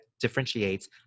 differentiates